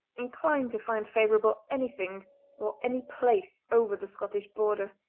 inclined to find favourable anything or any place over the scottish border.